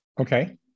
Okay